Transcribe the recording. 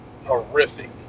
horrific